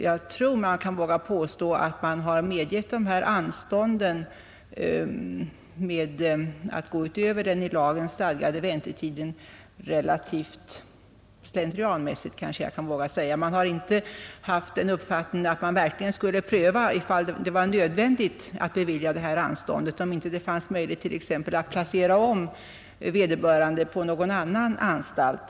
Jag tror jag kan våga påstå att medgivande att gå utöver den i lag stadgade väntetiden har givits relativt slentrianmässigt. Man har inte haft uppfattningen att man verkligen skulle pröva ifall det var nödvändigt att bevilja anstånd eller om det t.ex. inte fanns möjligheter att placera om vederbörande på någon annan anstalt.